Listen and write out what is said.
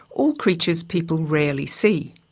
all creatures people rarely see.